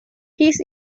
his